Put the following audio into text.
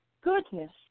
goodness